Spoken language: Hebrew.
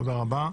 תודה רבה.